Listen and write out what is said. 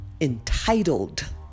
entitled